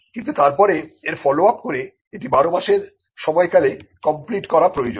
কিন্তু তারপরে এর ফলোআপ করে এটি 12 মাসের সময়কালে কমপ্লিট করা প্রয়োজন